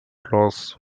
lose